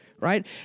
right